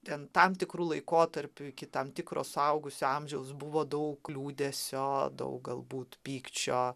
ten tam tikru laikotarpiu iki tam tikro suaugusio amžiaus buvo daug liūdesio daug galbūt pykčio